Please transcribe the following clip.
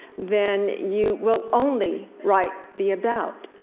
then you will only write the about.